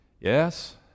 yes